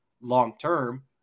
long-term